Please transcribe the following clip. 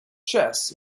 chess